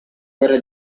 guerra